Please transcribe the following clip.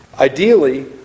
Ideally